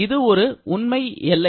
இது ஒரு உண்மை எல்லை